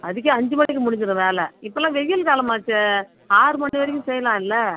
அதுக்கே அஞ்சிசு மணிக்கே முடிஞ்சிடும் வேலை இப்போலாம் வெயில் காலம் ஆச்சே ஆறு மணி வரைக்கும் செய்யலாம்ல